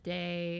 day